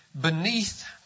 Beneath